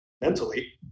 mentally